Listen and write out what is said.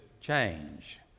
change